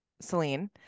Celine